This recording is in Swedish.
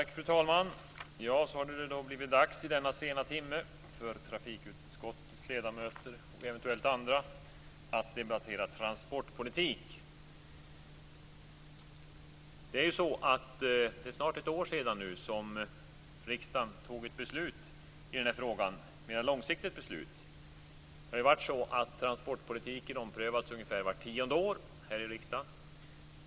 Fru talman! Så har det nu blivit dags i denna sena timme för trafikutskottets ledamöter och eventuellt andra att debattera transportpolitik. Det är snart ett år sedan som riksdagen fattade ett mer långsiktigt beslut i den här frågan. Transportpolitiken har omprövats ungefär var tionde år här i riksdagen.